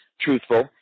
truthful